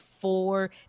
four